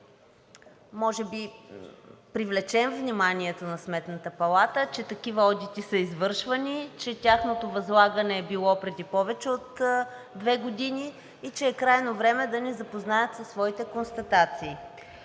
може би да привлечем вниманието на Сметната палата, че такива одити са извършвани, че тяхното възлагане е било преди повече от две години и че е крайно време да ни запознаят със своите констатации.